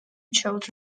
children